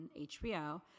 HBO